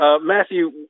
Matthew